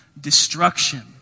destruction